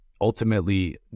ultimately